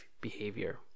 behavior